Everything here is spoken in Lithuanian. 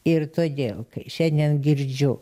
ir todėl kai šiandien girdžiu